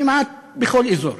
כמעט בכל אזור,